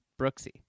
Brooksy